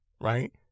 right